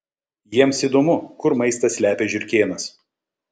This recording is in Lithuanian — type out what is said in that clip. jiems įdomu kur maistą slepia žiurkėnas